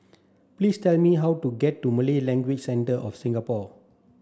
please tell me how to get to Malay Language Centre of Singapore